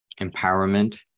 empowerment